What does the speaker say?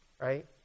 Right